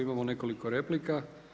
Imamo nekoliko replika.